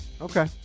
Okay